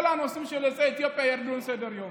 כל הנושאים של יוצאי אתיופיה ירדו מסדר-היום.